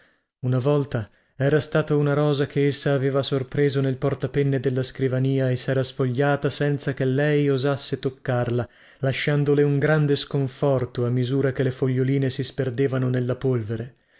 una volta era stata una rosa che essa aveva sorpreso nel portapenne della scrivania e sera sfogliata senza che lei osasse toccarla lasciandole un grande sconforto a misura che le foglioline si sperdevano nella polvere